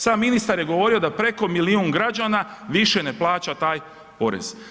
Sam ministar je govorio da preko milijun građana više ne plaća taj porez.